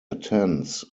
attends